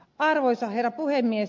arvoisa herra puhemies